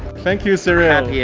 thank you cyril! yeah